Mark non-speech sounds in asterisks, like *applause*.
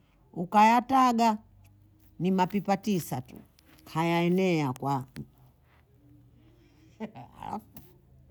Ukayataga ni mapipa tisa tu, hayaenei akwa *laughs* halafu